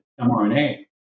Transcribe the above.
mRNA